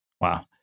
Wow